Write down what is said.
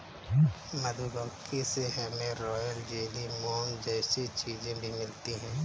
मधुमक्खी से हमे रॉयल जेली, मोम जैसी चीजे भी मिलती है